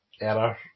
error